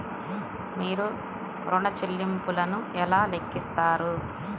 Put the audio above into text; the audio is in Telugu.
మీరు ఋణ ల్లింపులను ఎలా లెక్కిస్తారు?